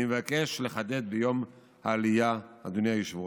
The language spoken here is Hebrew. אני מבקש לחדד ביום העלייה, אדוני היושב-ראש: